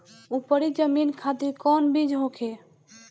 उपरी जमीन खातिर कौन बीज होखे?